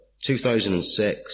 2006